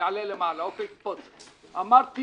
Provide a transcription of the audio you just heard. יעלה למעלה, הופ הוא יקפוץ, אמרתי